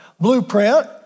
Blueprint